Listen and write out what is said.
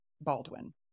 Baldwin